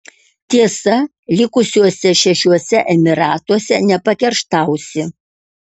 tiesa likusiuose šešiuose emyratuose nepakerštausi